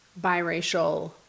biracial